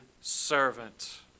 servant